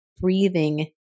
breathing